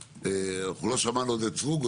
אנחנו לא שמענו עוד את סרוגו,